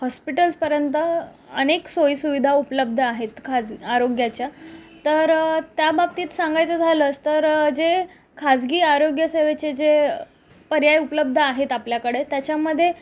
हॉस्पिटल्सपर्यंत अनेक सोयीसुविधा उपलब्ध आहेत खाज आरोग्याच्या तर त्याबाबतीत सांगायचं झालंस तर जे खाजगी आरोग्यसेवेचे जे पर्याय उपलब्ध आहेत आपल्याकडे त्याच्यामध्ये